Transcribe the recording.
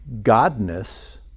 godness